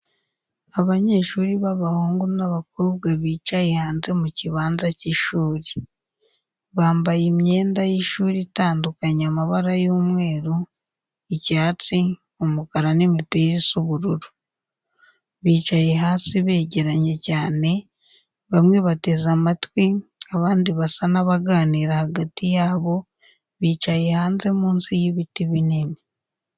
Abanyeshuri b'abahungu n’abakobwa bicaye hanze mu kibanza cy’ishuri. Bambaye imyenda y’ishuri itandukanye amabara y'umweru, icyatsi, umukara n'imipira isa ubururu. Bicaye hasi begeranye cyane, bamwe bateze amatwi, abandi basa n’abaganira hagati yabo, bicaye hanze munsi y’ibiti binini.